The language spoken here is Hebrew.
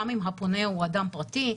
גם אם הפונה הוא אדם פרטי,